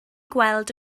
gweld